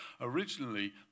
originally